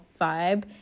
vibe